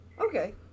okay